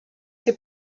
ses